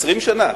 20 שנה.